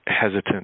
hesitant